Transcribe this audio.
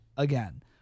again